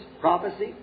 prophecy